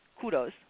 kudos